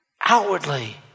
outwardly